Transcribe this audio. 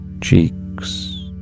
cheeks